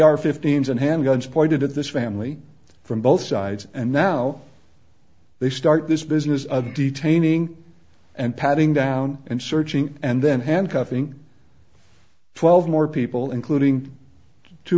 are fifteen's and hand guns pointed at this family from both sides and now they start this business of detaining and patting down and searching and then handcuffing twelve more people including two